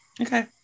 Okay